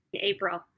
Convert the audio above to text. April